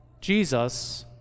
Jesus